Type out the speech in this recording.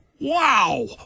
Wow